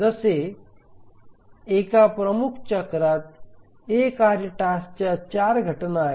जसे एका प्रमुख चक्रात A कार्य टास्कच्या 4 घटना आहेत